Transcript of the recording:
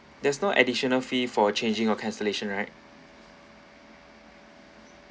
there's no additional fee for changing or cancellation right